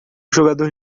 jogador